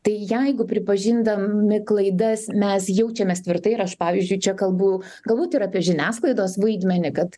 tai jeigu pripažindami klaidas mes jaučiamės tvirtai ir aš pavyzdžiui čia kalbu galbūt ir apie žiniasklaidos vaidmenį kad